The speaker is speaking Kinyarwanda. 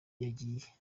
yagiye